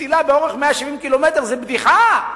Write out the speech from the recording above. מסילה באורך 170 ק"מ זו בדיחה.